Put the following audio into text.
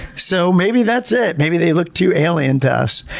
so maybe that's it. maybe they look too alien to us.